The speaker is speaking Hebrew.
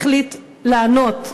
החליט לענות לפנייתנו.